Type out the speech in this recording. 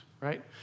right